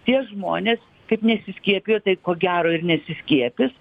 tie žmonės kaip nesiskiepijo taip ko gero ir nesiskiepys